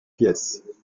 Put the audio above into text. pièces